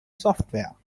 software